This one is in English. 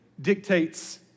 dictates